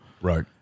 Right